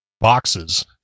boxes